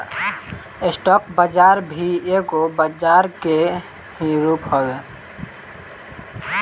stock बाजार भी एगो बजरा के ही रूप हवे